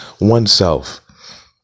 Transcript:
oneself